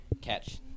Catch